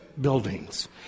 buildings